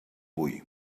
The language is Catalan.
vull